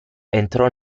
entrò